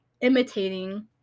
imitating